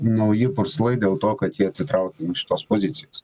nauji purslai dėl to kad ji atsitraukė iš tos pozicijos